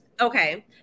Okay